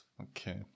okay